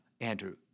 Andrew